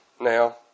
now